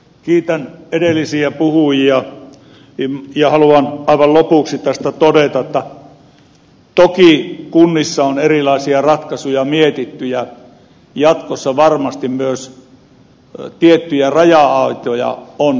kiitän edellisiä puhujia ja haluan aivan lopuksi tästä todeta että toki kunnissa on erilaisia ratkaisuja mietitty ja jatkossa on varmasti myös tiettyjä raja aitoja kaadettava